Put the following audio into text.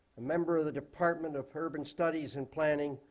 a member of the department of urban studies and planning,